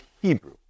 Hebrew